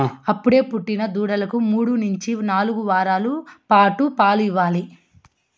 అప్పుడే పుట్టిన దూడలకు మూడు నుంచి నాలుగు వారాల పాటు పాలు ఇవ్వాలి